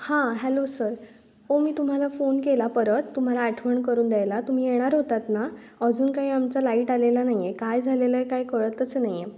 हां hello sir ओ मी तुम्हाला फोन केला परत तुम्हाला आठवण करून द्यायला तुम्ही येणार होतात ना अजून काही आमचा लाईट आलेला नाही आहे काय झालेलं आहे काय कळतच नाही आहे